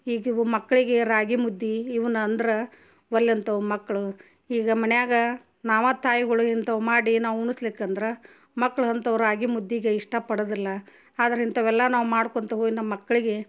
ಈಗ ಇವು ಮಕ್ಕಳಿಗೆ ರಾಗಿ ಮುದ್ದೆ ಇವನ್ನ ಅಂದ್ರೆ ಒಲ್ಲೆ ಅಂತಾವೆ ಮಕ್ಕಳು ಈಗ ಮನೆಯಾಗ ನಾವೇತಾಯ್ಗಳು ಇಂಥವು ಮಾಡಿ ನಾವು ಉಣ್ಸ್ಲಿಕ್ಕು ಅಂದ್ರೆ ಮಕ್ಳು ಅಂಥವು ರಾಗಿ ಮುದ್ದೆಗೆ ಇಷ್ಟಪಡುದಿಲ್ಲ ಆದರೆ ಇಂಥವೆಲ್ಲ ನಾವು ಮಾಡ್ಕೊತ ಹೋಗ್ ನಮ್ಮ ಮಕ್ಕಳಿಗೆ